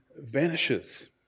vanishes